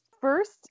First